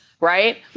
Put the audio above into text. Right